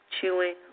chewing